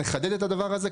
נחדד את הדבר הזה,